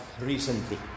recently